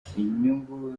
inyungu